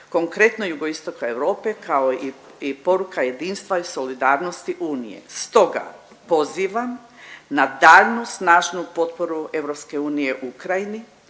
konkretno jugoistoka Europe kao i poruka jedinstva i solidarnosti unije, stoga pozivam na daljnju snažnu potporu EU Ukrajini,